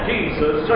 Jesus